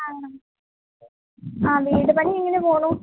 ആണോ ആ വീട് പണി എങ്ങനെ പോകുന്നു